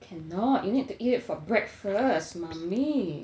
cannot you need to eat it for breakfast mummy